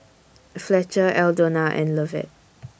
Fletcher Aldona and Lovett